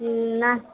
নাহ